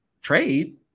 trade